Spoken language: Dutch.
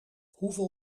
hoeveel